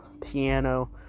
piano